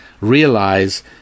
realize